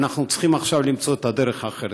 אנחנו צריכים עכשיו למצוא את הדרך האחרת.